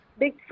Bigfoot